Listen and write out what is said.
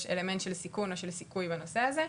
אלמנט של סיכון או של סיכוי בנושא הזה.